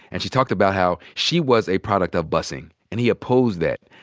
and she talked about how she was a product of busing, and he opposed that.